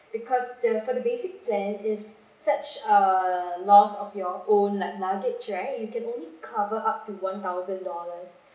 because the for the basic plan if such uh loss of your own lug~ luggage right you can only cover up to one thousand dollars